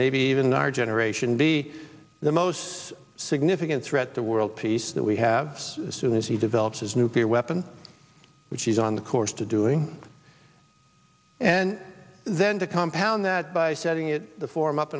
maybe even our generation be the most significant threat to world peace that we have soon as he develops his nuclear weapon which is on the course to doing and then to compound that by setting it before him up